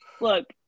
look